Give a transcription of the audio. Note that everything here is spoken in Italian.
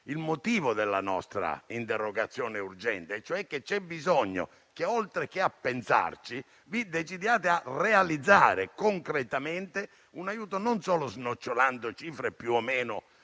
il motivo della nostra interrogazione urgente, e cioè che c'è bisogno che, oltre a pensarci, vi decidiate a realizzare concretamente un aiuto, non solo snocciolando cifre più o meno